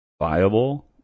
viable